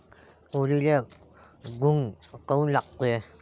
तुरीले घुंग काऊन लागते?